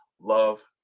love